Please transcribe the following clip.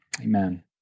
Amen